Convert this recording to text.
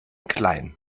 klein